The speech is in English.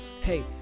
hey